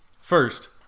First